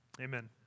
Amen